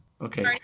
Okay